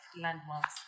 landmarks